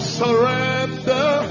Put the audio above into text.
surrender